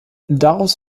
daraus